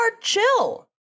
chill